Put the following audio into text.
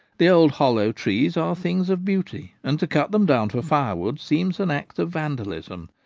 the old hollow trees are things of beauty, and to cut them down for firewood seems an act of vandalism.